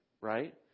right